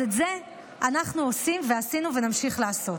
אז את זה אנחנו עושים ועשינו ונמשיך לעשות.